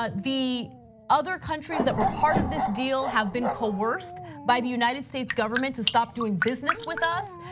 ah the other countries that were part of this deal have been coerced by the united states government to stop doing business with us,